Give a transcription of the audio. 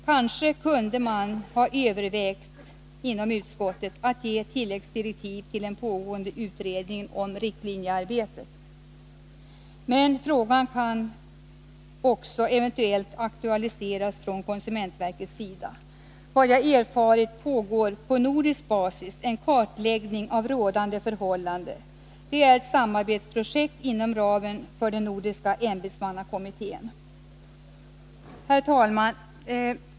Kanske kunde man inom utskottet ha övervägt att ge tilläggsdirektiv till den pågående utredningen om riktlinjearbetet. Men frågan kan eventuellt också aktualiseras av konsumentverket. Enligt vad jag har erfarit pågår på nordisk basis en kartläggning av rådande förhållanden. Det är ett samarbetsprojekt inom ramen för den nordiska ämbetsmannakommittén. Herr talman!